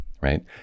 right